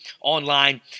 online